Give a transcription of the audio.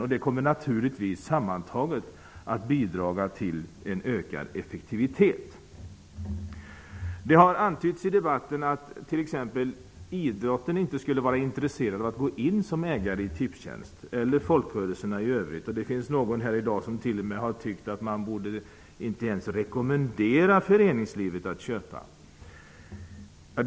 Detta kommer naturligtvis att sammantaget bidra till en ökad effektivitet. Det har i debatten antytts att exempelvis idrottsrörelsen eller folkrörelserna i övrigt inte skulle vara intresserade av att gå in som ägare i Tipstjänst. Någon tyckte t.o.m. att man inte ens borde rekommendera föreningslivet att köpa Tipstjänst.